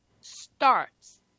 starts